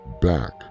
back